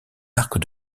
arc